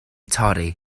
torri